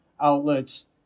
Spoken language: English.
outlets